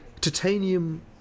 titanium